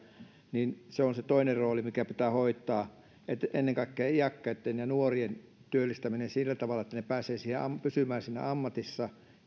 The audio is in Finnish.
se on se toinen rooli mikä pitää hoitaa ennen kaikkea iäkkäitten ja nuorien työllistäminen sillä tavalla että he pääsevät pysymään siinä ammatissa